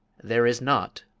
there is naught,